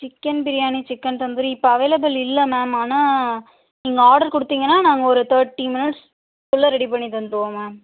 chicken biryani chicken tandoori இப்போ available இல்லை ma'am ஆனால் நீங்கள் ஆடர் கொடுத்தீங்கன்னா நாங்கள் ஒரு தேர்ட்டி மினிட்ஸ்குள்ளே ரெடி பண்ணி தந்துருவோம் மேம்